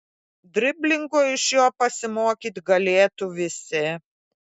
driblingo iš jo pasimokyt galėtų visi